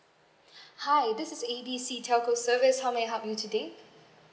hi this is A B C telco service how may I help you today